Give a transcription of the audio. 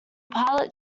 pilot